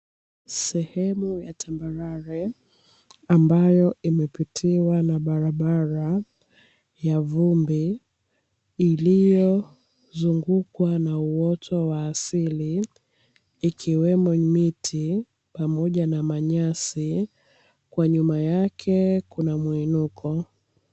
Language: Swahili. Sehemu ya tambarare ambayo imepitiwa na barabara ya vumbi, iliyozungukwa na uoto wa asili ikiwemo miti pamoja na manyasi kwa nyuma yake kuna mwinuko.